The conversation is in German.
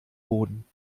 boden